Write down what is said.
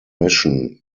mission